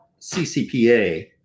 CCPA